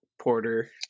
porter